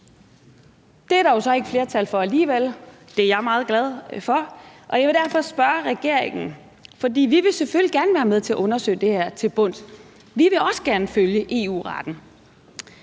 Det er der jo så ikke flertal for alligevel; det er jeg meget glad for. Og jeg vil derfor spørge regeringen – vi vil selvfølgelig gerne være med til at undersøge det her til bunds, for vi vil også gerne følge EU-retten